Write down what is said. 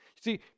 See